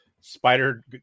spider